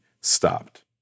stopped